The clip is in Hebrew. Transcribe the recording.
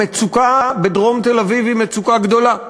המצוקה בדרום תל-אביב היא מצוקה גדולה.